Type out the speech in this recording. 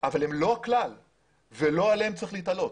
אבל הן לא הכלל לא בהן צריך להיתלות.